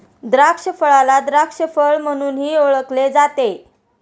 द्राक्षफळाला द्राक्ष फळ म्हणूनही ओळखले जाते